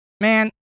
Man